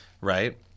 Right